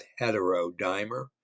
heterodimer